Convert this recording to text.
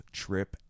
trip